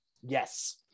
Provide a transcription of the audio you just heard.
Yes